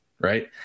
Right